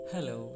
Hello